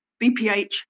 BPH